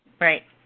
Right